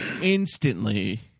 instantly